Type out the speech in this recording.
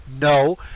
No